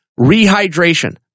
Rehydration